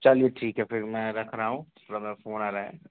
चलिये ठीक है फिर मैं रख रहा हूँ फोन आ गया है